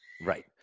Right